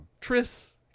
Tris